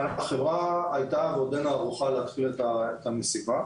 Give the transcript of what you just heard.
החברה הייתה ועודנה ערוכה להתחיל את המשימה,